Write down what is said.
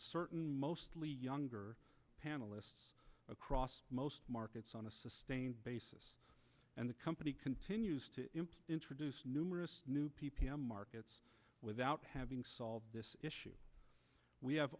mostly younger panelists across most markets on a sustained basis and the company continues to introduce numerous new p p m markets without having solved this issue we have